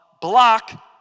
block